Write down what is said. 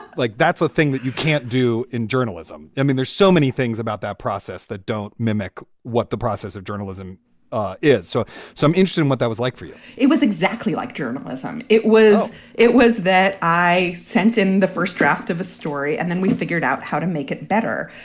like that's a thing that you can't do in journalism i mean, there's so many things about that process that don't mimic what the process of journalism ah is. so some interest in what that was like for you it was exactly like journalism. it was it was that i sent in the first draft of a story and then we figured out how to make it better.